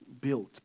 built